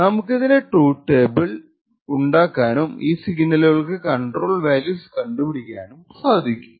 നമുക്കതിന്റെ truth table ഉണ്ടാക്കാനും ഈ സിഗ്നലുകൾക്ക് കണ്ട്രോൾ വാല്യൂസ് കണ്ടുപിടിക്കാനും സാധിക്കും